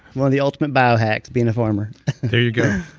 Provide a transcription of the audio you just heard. one of the ultimate biohacks, being a farmer there you go.